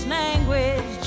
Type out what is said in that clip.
language